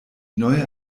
neue